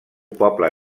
poble